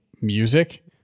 music